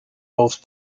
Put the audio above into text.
both